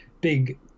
big